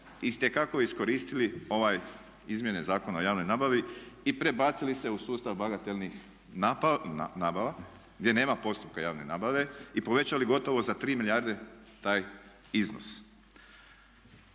itekako iskoristili ove izmjene Zakona o javnoj nabavi i prebacili se u sustava bagatelnih nabava gdje nema postupka javne nabave i povećali gotovo za 3 milijarde taj iznos.